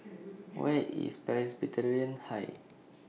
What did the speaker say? Where IS Presbyterian High